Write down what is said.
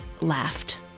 laughed